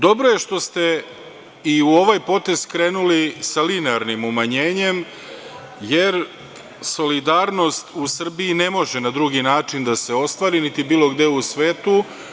Dobro je što ste i u ovaj potez skrenuli sa linearnim umanjenjem, jer solidarnost u Srbiji ne može na drugi način da se ostvari niti bilo gde u svetu.